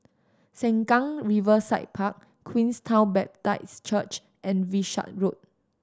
Sengkang Riverside Park Queenstown Baptist Church and Wishart Road